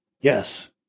yes